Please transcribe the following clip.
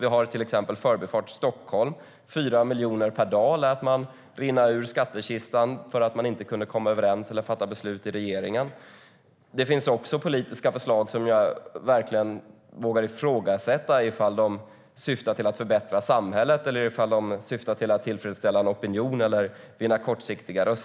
Vi har till exempel Förbifart Stockholm; 4 miljoner per dag lät man rinna ur skattkistan för att man inte kunde komma överens eller fatta beslut i regeringen. Det finns också politiska förslag där jag verkligen vågar ifrågasätta om de syftar till att förbättra samhället eller till att tillfredsställa en opinion eller vinna kortsiktiga röster.